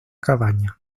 cabaña